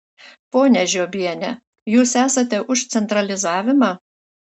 ponia žiobiene jūs esate už centralizavimą